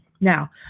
Now